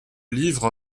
livre